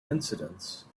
incidents